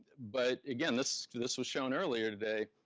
but, again, this this was shown earlier today.